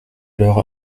l’heure